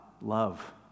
love